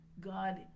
God